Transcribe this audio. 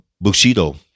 Bushido